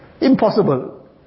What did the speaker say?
impossible